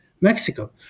Mexico